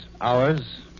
hours